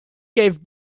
gave